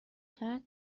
کرد